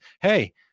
hey